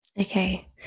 Okay